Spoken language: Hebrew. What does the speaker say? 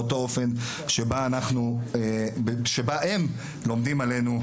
באותו אופן שבה הם לומדים עלינו,